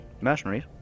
mercenaries